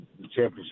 championship